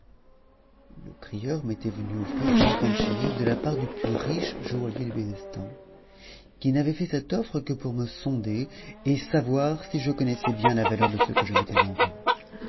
le crieur m'était venu offrir cinquante scherifs de la part du plus riche joaillier du bezestan qui n'avait fait cette offre que pour me sonder et savoir si je connaissais bien la valeur de ce que je mettais en vente